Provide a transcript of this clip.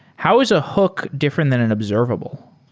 how is a hook different than an observable?